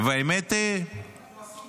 כי הוא עסוק